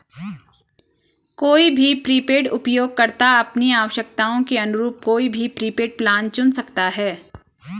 कोई भी प्रीपेड उपयोगकर्ता अपनी आवश्यकताओं के अनुरूप कोई भी प्रीपेड प्लान चुन सकता है